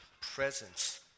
presence